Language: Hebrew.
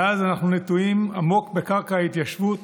מאז אנחנו נטועים עמוק בקרקע ההתיישבות,